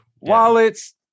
wallets